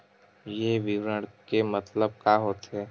ये विवरण के मतलब का होथे?